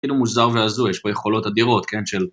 כאילו מוזר והזוי, יש פה יכולות אדירות, כן, של...